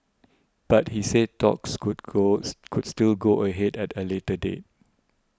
but he said talks could calls could still go ahead at a later date